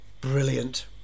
Brilliant